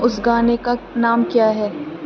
اس گانے کا نام کیا ہے